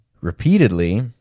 repeatedly